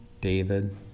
David